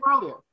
earlier